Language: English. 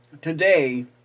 today